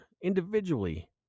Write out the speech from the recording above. individually